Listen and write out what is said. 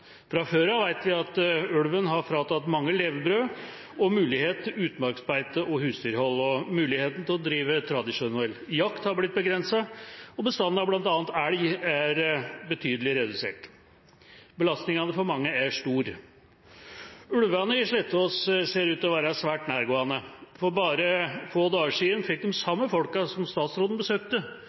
Fra før av vet vi at ulven har fratatt mange levebrødet og muligheten til utmarksbeite og husdyrhold. Muligheten til å drive tradisjonell jakt er blitt begrenset, og bestanden av bl.a. elg er betydelig redusert. Belastningene for mange er store. Ulvene i Slettås ser ut til å være svært nærgående. For bare få dager siden fikk de samme folkene som statsråden besøkte,